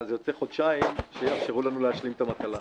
זה יוצא חודשיים שיאפשרו לנו להשלים את המטלה.